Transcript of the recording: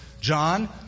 John